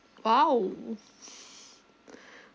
!wow!